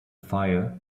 fire